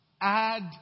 Add